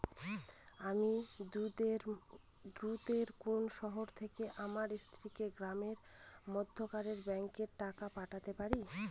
আমি দূরের কোনো শহর থেকে আমার স্ত্রীকে গ্রামের মধ্যেকার ব্যাংকে টাকা পাঠাতে পারি?